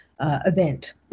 event